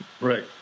Right